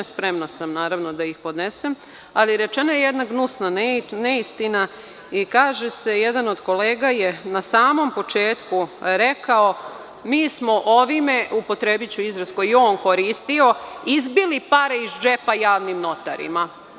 Spremna sam, naravno da ih podnesem, ali rečena je jedna gnusna neistina i kaže se, jedan od kolega je na samom početku rekao – mi smo ovime, upotrebiću izraz koji je on koristio – izbili pare iz džepa javnim notarima.